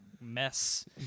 mess